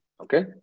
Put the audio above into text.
Okay